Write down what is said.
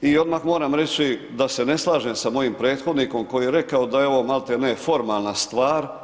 I odmah moram reći, da se ne slažem sa mojim prethodnikom, koji je rekao da je ovo maltene formalan stvar.